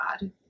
God